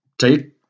take